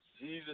Jesus